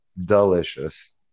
delicious